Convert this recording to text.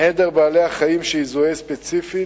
עדר בעלי-החיים שיזוהה ספציפית,